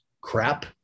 crap